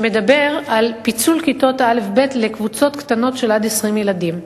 שמדובר בו על פיצול כיתות א' וב' לקבוצות קטנות של עד 20 ילדים.